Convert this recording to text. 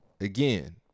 Again